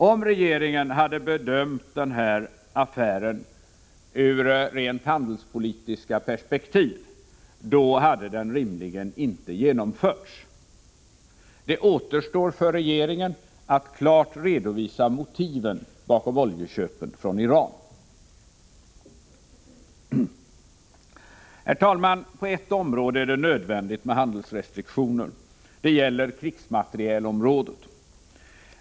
Om regeringen hade bedömt den här affären ur rent handelspolitiska perspektiv hade den rimligen inte genomförts. Det återstår för regeringen att klart redovisa motiven bakom oljeköpen från Iran. Herr talman! På ett område är det nödvändigt med handelsrestriktioner. Det gäller krigsmaterielområdet.